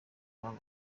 namwe